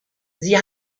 sie